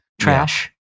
trash